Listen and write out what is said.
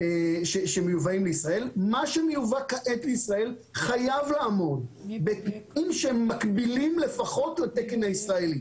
מה שמיובא לישראל חייב לעמוד בתקנים שהם מקבילים לפחות לתקן הישראלי.